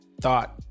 thought